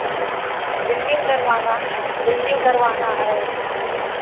building करवाना building करवाना है